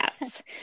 yes